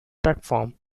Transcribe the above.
platform